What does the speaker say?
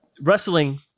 wrestling